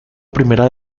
primera